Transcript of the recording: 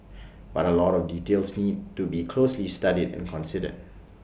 but A lot of details need to be closely studied and considered